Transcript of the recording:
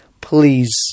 Please